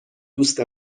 دوست